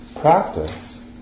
practice